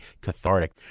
cathartic